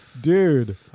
Dude